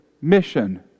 mission